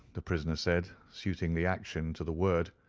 the prisoner said, suiting the action to the word.